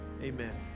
Amen